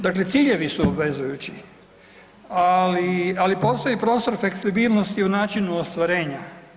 Dakle ciljevi su obvezujući, ali postoji prostor fleksibilnosti u načinu ostvarenja.